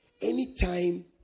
Anytime